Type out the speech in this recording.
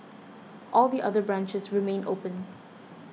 all the other branches remain open